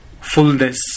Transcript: fullness